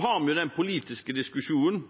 har den politiske diskusjonen